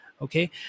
okay